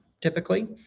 typically